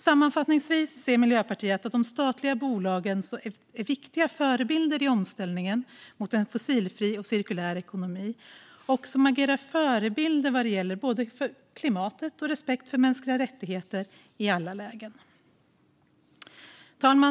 Sammanfattningsvis ser Miljöpartiet de statliga bolagen som viktiga förebilder i omställningen mot en fossilfri och cirkulär ekonomi, som agerar förebilder vad gäller både klimatet och respekten för mänskliga rättigheter i alla lägen. Herr talman!